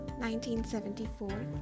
1974